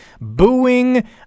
booing